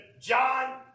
John